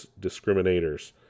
discriminators